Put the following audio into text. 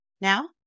now